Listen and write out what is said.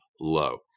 low